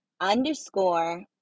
underscore